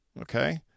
Okay